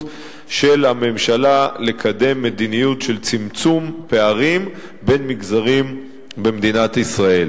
של הממשלה לקדם מדיניות של צמצום פערים בין מגזרים במדינת ישראל.